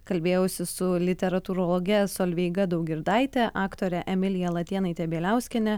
kalbėjausi su literatūrologe solveiga daugirdaite aktore emilija latėnaite bieliauskiene